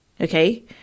Okay